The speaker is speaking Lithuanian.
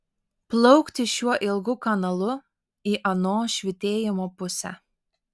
plaukti šiuo ilgu kanalu į ano švytėjimo pusę